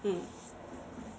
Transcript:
mm